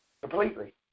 completely